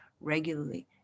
regularly